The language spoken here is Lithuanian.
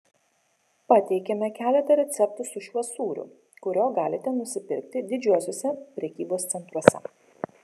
pateikiame keletą receptų su šiuo sūriu kurio galite nusipirkti didžiuosiuose prekybos centruose